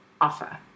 offer